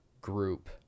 group